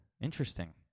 Interesting